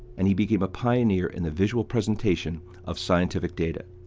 and he became a pioneer in the visual presentation of scientific data.